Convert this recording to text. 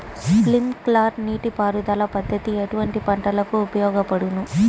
Sprinkler నీటిపారుదల పద్దతి ఎటువంటి పంటలకు ఉపయోగపడును?